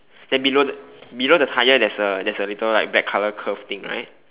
then below the below the tyre there's a there's a little right black colour curve thing right